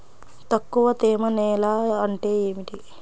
తక్కువ తేమ నేల అంటే ఏమిటి?